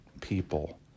people